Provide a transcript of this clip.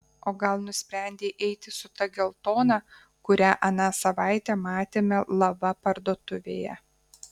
o gal nusprendei eiti su ta geltona kurią aną savaitę matėme lava parduotuvėje